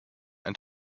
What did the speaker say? and